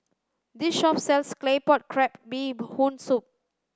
this shop sells claypot crab bee hoon soup